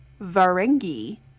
Varengi